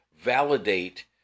validate